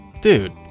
dude